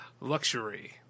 Luxury